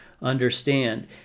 understand